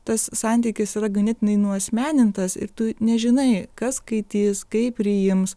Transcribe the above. tas santykis yra ganėtinai nuasmenintas ir tu nežinai kas skaitys kaip priims